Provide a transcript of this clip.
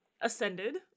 ascended